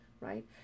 right